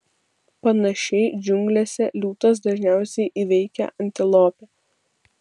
panašiai džiunglėse liūtas dažniausiai įveikia antilopę